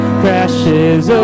crashes